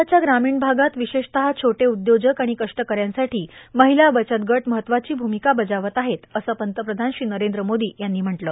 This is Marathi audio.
देशाच्या ग्रामीण भागात विशेषतः छोटे उद्योजक आणि कष्टकऱ्यांसाठी महिला बचतगट महत्वाची भूमिका बजावत आहेत असं पंतप्रधान श्री नरेंद्र मोदी यांनी म्हटलं